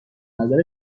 نظر